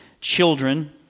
children